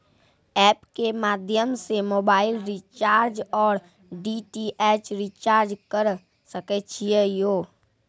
App के माध्यम से मोबाइल रिचार्ज ओर डी.टी.एच रिचार्ज करऽ सके छी यो?